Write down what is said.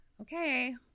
okay